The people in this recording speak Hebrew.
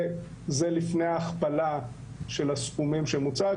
וזה עוד לפני ההכפלה של הסכומים שמוצעת.